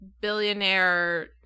billionaire